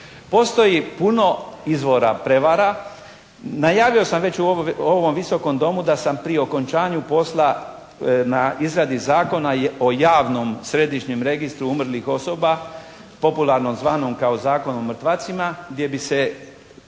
Postoji puno izvora prevara. Najavio sam već u ovom Visokom domu da sam pri okončanju posla na izradi Zakona o javnom središnjem registru umrlih osoba, popularno zvanom kao Zakon o mrtvacima gdje bi se